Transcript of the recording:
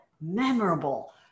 memorable